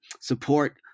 support